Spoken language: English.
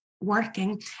working